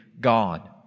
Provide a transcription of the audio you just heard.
God